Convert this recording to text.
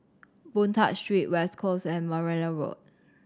Boon Tat Street West Coast and Margoliouth Road